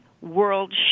world